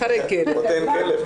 עוד אין כלב.